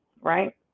right